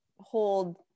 Hold